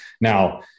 Now